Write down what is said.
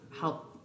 help